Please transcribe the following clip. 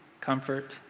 comfort